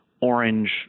orange